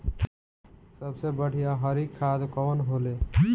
सबसे बढ़िया हरी खाद कवन होले?